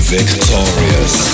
Victorious